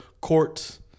courts